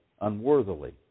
unworthily